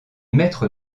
maître